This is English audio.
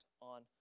on